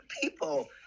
people